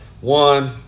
one